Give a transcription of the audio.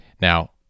Now